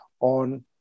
on